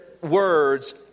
words